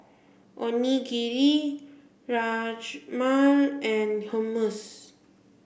Onigiri Rajma and Hummus